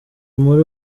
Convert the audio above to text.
muri